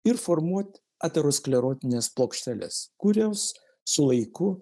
ir formuot aterosklerotines plokšteles kurios su laiku